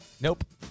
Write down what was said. Nope